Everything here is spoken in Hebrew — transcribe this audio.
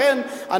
לכן,